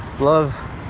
Love